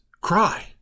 cry